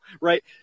Right